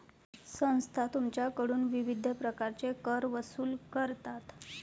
संस्था तुमच्याकडून विविध प्रकारचे कर वसूल करतात